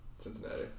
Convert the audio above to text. Cincinnati